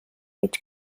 each